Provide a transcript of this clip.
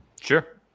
Sure